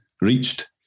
reached